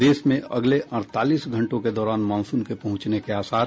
प्रदेश में अगले अड़तालीस घंटों के दौरान मॉनसून के पहुंचने के आसार